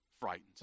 frightened